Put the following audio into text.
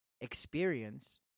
experience